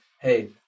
Hey